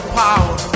power